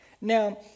Now